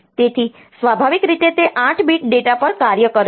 તેથી સ્વાભાવિક રીતે તે 8 બીટ ડેટા પર કાર્ય કરે છે